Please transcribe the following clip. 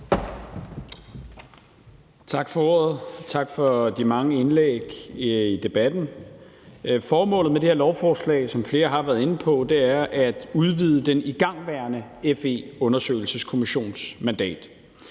Tak for ordet, og tak for de mange indlæg i debatten. Formålet med dette lovforslag er, som flere har været inde på, at udvide den igangværende FE-undersøgelseskommissions mandat.